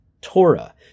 Torah